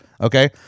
okay